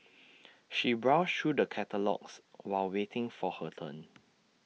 she browsed through the catalogues while waiting for her turn